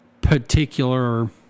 particular